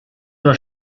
nur